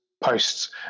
posts